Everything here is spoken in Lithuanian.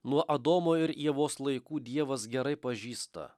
nuo adomo ir ievos laikų dievas gerai pažįsta